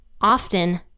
often